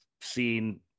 seen